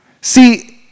See